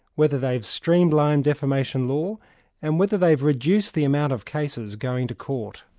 whether they've streamlined defamation law and whether they've reduced the amount of cases going to court.